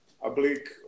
oblique